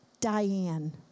Diane